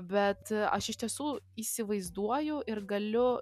bet aš iš tiesų įsivaizduoju ir galiu